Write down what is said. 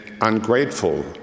ungrateful